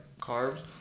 carbs